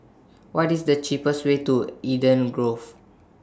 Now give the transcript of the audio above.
What IS The cheapest Way to Eden Grove